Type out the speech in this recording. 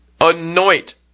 Anoint